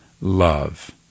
love